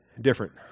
different